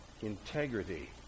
integrity